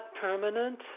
permanent